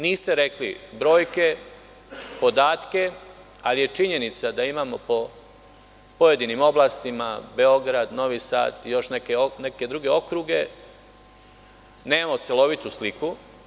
Niste rekli brojke, podatke, ali je činjenica da po pojedinim oblastima, Beograd, Novi Sad i još neke druge okruge, nemamo celovitu sliku.